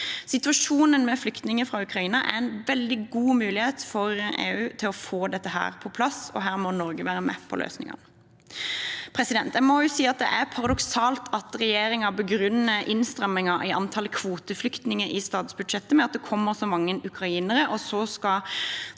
Situasjonen med flyktninger fra Ukraina er en veldig god mulighet for EU til å få dette på plass, og her må Norge være med på løsningene. Jeg må si det er paradoksalt at regjeringen begrunner innstrammingen i antallet kvoteflyktninger i statsbudsjettet med at det kommer så mange ukrainere,